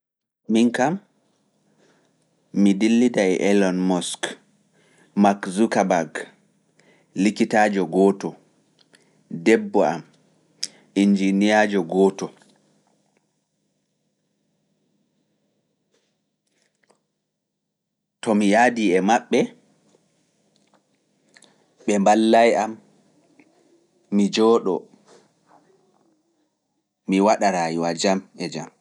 Min kam, mi dillida e Elon Musk, Mark Zuckerberg likitaajo gooto, debbo am, injiiniyaajo gooto. To mi yaadii e maɓɓe, ɓe mballaay am, mi jooɗoo, mi waɗa raayuwa jam e jam.